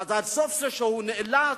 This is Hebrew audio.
ואז הסוף זה שהוא נאלץ,